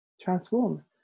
transform